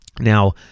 Now